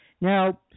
Now